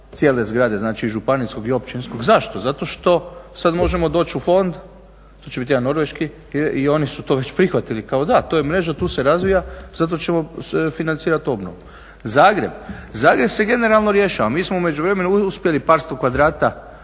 Zagreb, Zagreb se generalno rješava. Mi smo u međuvremenu uspjeli par sto kvadrata